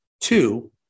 Two